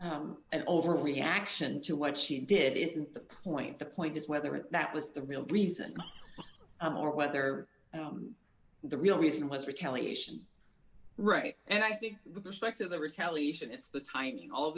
an overreaction to what she did isn't the point the point is whether that was the real reason or whether the real reason was retaliation right and i think with respect to the retaliation it's the ti